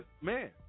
man